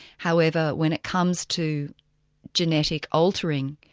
however, when it comes to genetic altering,